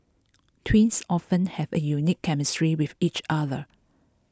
twins often have a unique chemistry with each other